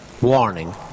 warning